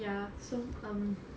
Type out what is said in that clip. ya so um